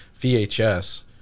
vhs